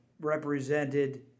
represented